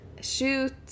shoot